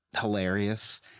hilarious